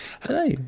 Hello